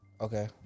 Okay